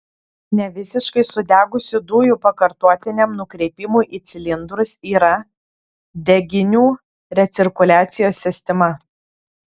nevisiškai sudegusių dujų pakartotiniam nukreipimui į cilindrus yra deginių recirkuliacijos sistema